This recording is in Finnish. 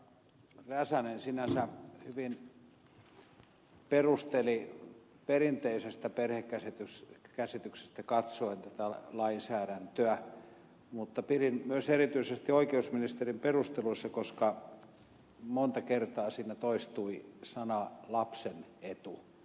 räsänen sinänsä hyvin perusteli perinteisestä perhekäsityksestä katsoen tätä lainsäädäntöä mutta pidin myös erityisesti oikeusministerin perusteluista koska monta kertaa siinä toistuivat sanat lapsen etu